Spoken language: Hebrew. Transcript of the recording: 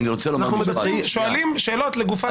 אנחנו שואלים שאלות לגופם של דברים.